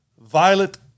Violet